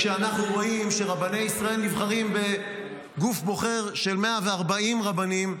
כשאנחנו רואים שרבני ישראל נבחרים בגוף בוחר של 140 רבנים,